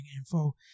info